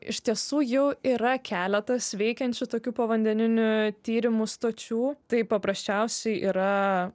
iš tiesų jau yra keletas veikiančių tokių povandeninių tyrimų stočių tai paprasčiausiai yra